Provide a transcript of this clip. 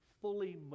fully